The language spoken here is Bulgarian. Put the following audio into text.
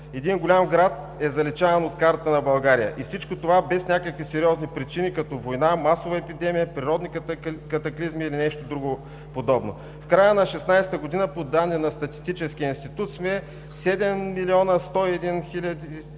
един голям град е заличаван от картата на България, и всичко това без някакви сериозни причини като война, масова епидемия, природни катаклизми или нещо друго подобно. В края на 2016 г. по данни на Статистическия институт сме 7 милиона 101 хиляди